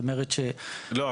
לא,